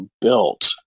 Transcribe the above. built